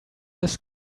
this